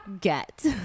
get